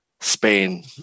Spain